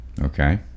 Okay